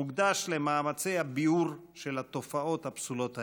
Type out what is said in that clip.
מוקדש למאמצי הביעור של התופעות הפסולות האלה.